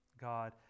God